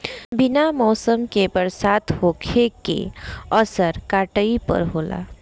बिना मौसम के बरसात होखे के असर काटई पर होला